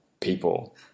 people